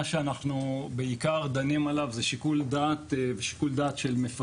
שאנחנו בעיקר דנים עליו זה שיקול דעת של מפקדים.